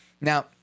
Now